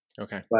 Okay